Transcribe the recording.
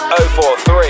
043